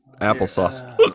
applesauce